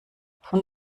von